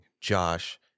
Josh